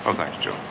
um thanks, joe.